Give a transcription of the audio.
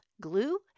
glue